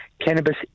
cannabis